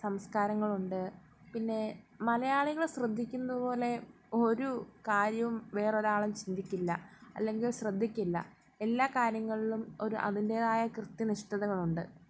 സംസ്കാരങ്ങളുണ്ട് പിന്നെ മലയാളികള് ശ്രദ്ധിക്കുന്നതുപോലെ ഒരു കാര്യവും വേറൊരാളും ചിന്തിക്കില്ല അല്ലെങ്കിൽ ശ്രദ്ധിക്കില്ല എല്ലാ കാര്യങ്ങളിലും ഒരു അതിന്റേതായ കൃത്യനിഷ്ഠതകളുണ്ട്